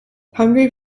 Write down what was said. hungry